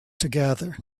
together